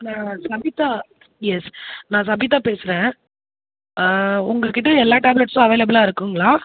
நான் சபிதா யெஸ் நான் சபிதா பேசுகிறன் உங்கள் கிட்ட எல்லா டேப்லெட்ஸும் அவைலபிளாக இருக்குங்களா